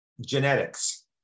genetics